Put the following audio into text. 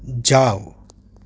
જાવ